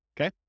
Okay